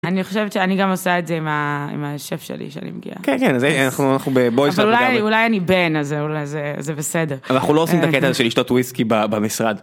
אני חושבת שאני גם עושה את זה עם השף שלי שאני מגיעה אולי אולי אני בן אז אולי זה בסדר אנחנו לא עושים את הקטע של לשתות וויסקי במשרד.